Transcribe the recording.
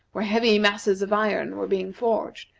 where heavy masses of iron were being forged,